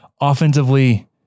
Offensively